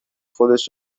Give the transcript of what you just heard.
خودش